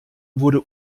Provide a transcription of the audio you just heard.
wurde